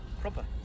proper